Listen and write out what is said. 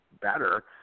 better